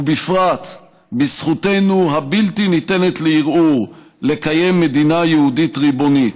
ובפרט בזכותנו הבלתי ניתנת לערעור לקיים מדינה יהודית ריבונית.